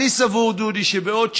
אני סבור, דודי, שבעוד שנה,